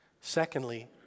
Secondly